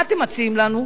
מה אתם מציעים לנו?